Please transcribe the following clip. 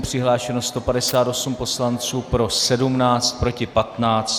Přihlášeno 158 poslanců, pro 17, proti 15.